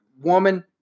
woman